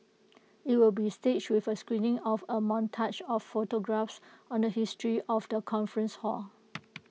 IT will be staged with A screening of A montage of photographs on the history of the conference hall